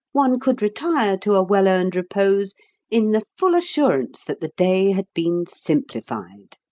one could retire to a well-earned repose in the full assurance that the day had been simplified.